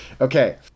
Okay